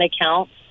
accounts